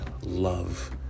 love